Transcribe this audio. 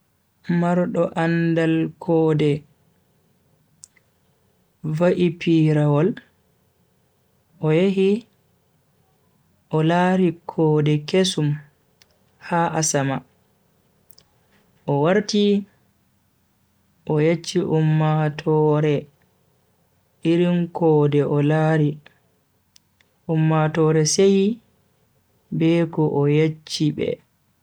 Mardo andaal koode va'I pirawol o yehi o lari kode kesum ha asama o warti o yecchi ummaatoore irin koode o lari ummatoore seyi be ko o yecchi be.